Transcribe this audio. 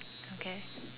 okay